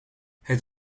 het